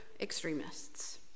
extremists